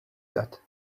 that